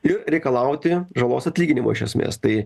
ir reikalauti žalos atlyginimo iš esmės tai